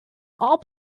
all